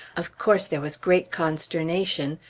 of course, there was great consternation.